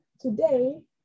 today